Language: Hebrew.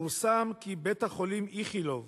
פורסם כי בית-החולים "איכילוב"